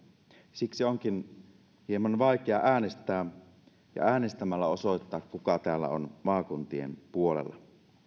siksi onkin hieman vaikeaa äänestää ja äänestämällä osoittaa kuka täällä on maakuntien puolella